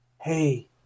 hey